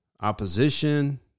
opposition